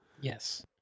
Yes